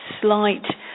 slight